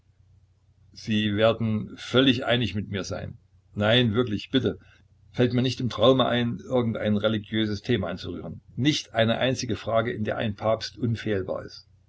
sie werden völlig einig mit mir sein nein wirklich bitte fällt mir nicht im traume ein irgend ein religiöses thema anzurühren nicht eine einzige frage in der ein papst unfehlbar ist